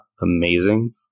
amazing